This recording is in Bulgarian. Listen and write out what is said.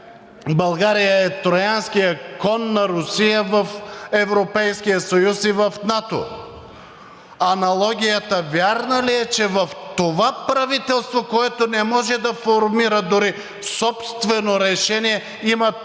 България е троянският кон на Русия в Европейския съюз и в НАТО. Аналогията вярна ли е, че в това правителство, което не може да формира дори собствено решение, има